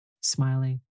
smiling